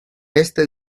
este